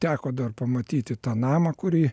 teko dar pamatyti tą namą kurį